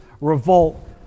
revolt